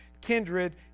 kindred